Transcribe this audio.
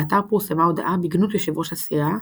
באתר פורסמה הודעה בגנות יושב ראש הסיעה,